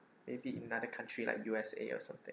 maybe in other country like U_S_A or something